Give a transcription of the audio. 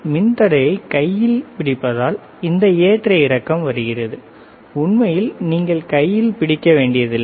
மின்தடையை கையில் பிடிப்பதால் இந்த ஏற்ற இறக்கம் வருகிறது உண்மையில் நீங்கள் கையால் பிடிக்க வேண்டியதில்லை